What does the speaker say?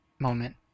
moment